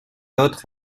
autres